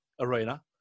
arena